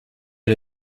est